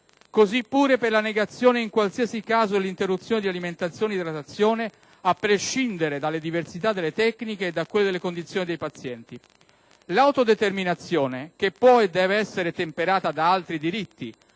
dicasi per la negazione in qualsiasi caso dell'interruzione di alimentazione e idratazione, a prescindere dalla diversità delle tecniche e dalle condizioni dei pazienti. L'autodeterminazione, che può e deve essere temperata da altri diritti,